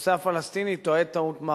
בנושא הפלסטיני טועה טעות מרה.